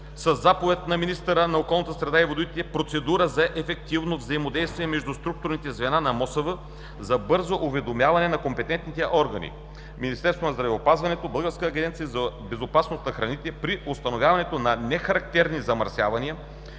със заповед на министъра на околната среда и водите, процедура за ефективно взаимодействие между структурните звена на МОСВ за бързо уведомяване на компетентните органи – Министерството на здравеопазването и Българската агенция по безопасност на храните, при установяване на нехарактерни замърсявания